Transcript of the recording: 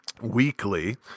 weekly